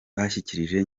bashyikirije